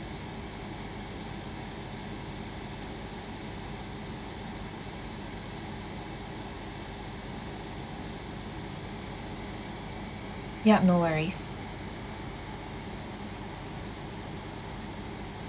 yup no worries